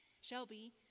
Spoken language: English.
Shelby